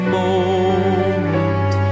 moment